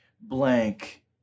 blank